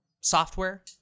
software